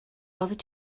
oeddet